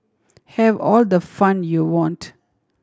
have all the fun you want